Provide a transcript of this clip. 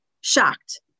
shocked